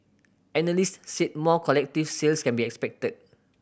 analysts said more collective sales can be expected